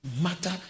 Matter